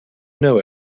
know